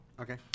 Okay